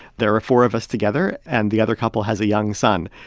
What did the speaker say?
there are four of us together. and the other couple has a young son.